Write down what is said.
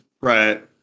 Right